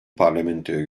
parlamentoya